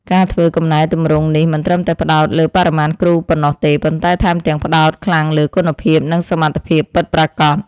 ការធ្វើកំណែទម្រង់នេះមិនត្រឹមតែផ្តោតលើបរិមាណគ្រូប៉ុណ្ណោះទេប៉ុន្តែថែមទាំងផ្តោតខ្លាំងលើគុណភាពនិងសមត្ថភាពពិតប្រាកដ។